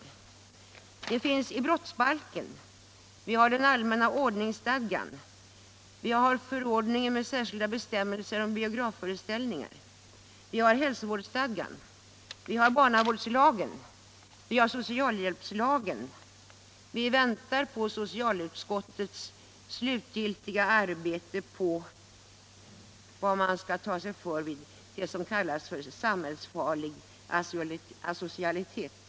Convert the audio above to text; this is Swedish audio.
Det finns bestämmetser i brottsbalken, vi har den allmänna ordningsstadgan, förordningen med särskilda bestämmelser om biografftöreställningar, hälsovårdsstadgan, barnavårdslagen och socialhjälpslagen. Vi väntar på socialutskottets slutgiltiga ställningstagande till vad som kallas för samhällsfarlig asocialitet.